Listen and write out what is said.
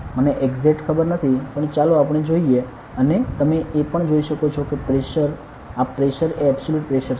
મને એક્ઝેટ ખબર નથી પણ ચાલો આપણે જોઈએ અને તમે એ પણ જોઈ શકો છો કે પ્રેશર આ પ્રેશર એ એબ્સોલ્યુટ પ્રેશર છે